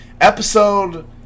Episode